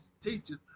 teachers